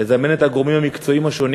לזמן את הגורמים המקצועיים השונים